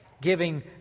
giving